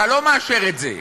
אתה לא מאשר את זה,